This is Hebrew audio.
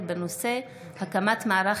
בהצעתו של חבר הכנסת יצחק פינדרוס בנושא: הקמת מערך